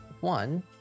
one